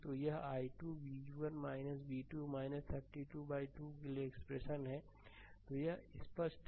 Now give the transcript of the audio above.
तो यह i2 v1 v2 32 by 2 के लिए एक्सप्रेशन है तो यह स्पष्ट है